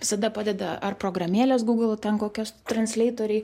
visada padeda ar programėlės google ten kokios transleitoriai